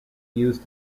use